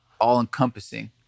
all-encompassing